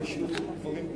לקרחת?